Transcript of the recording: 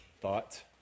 thought